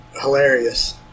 hilarious